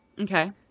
Okay